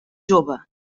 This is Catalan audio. jove